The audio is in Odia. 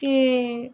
କି